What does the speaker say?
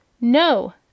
No